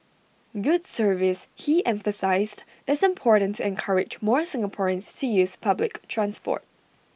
good service he emphasised is important to encourage more Singaporeans to use public transport